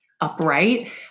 upright